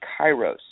kairos